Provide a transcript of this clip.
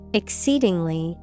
exceedingly